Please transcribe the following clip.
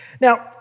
Now